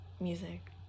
music